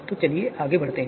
तो चलिए आगे बढ़ते हैं